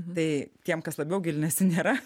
tai tiem kas labiau gilinasi nėra